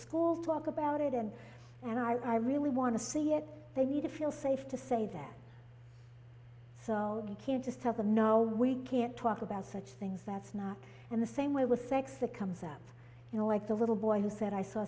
school talk about it and and i really want to see it they need to feel safe to say that you can't just tell them no we can't talk about such things that's not in the same way with sex that comes up you know like the little boy who said i saw